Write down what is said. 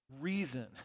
reason